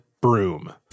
broom